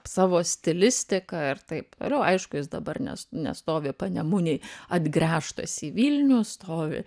savo stilistika ir taip jo aišku jis dabar ne nestovi panemunėj atgręžtas į vilnių stovi